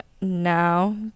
now